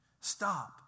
stop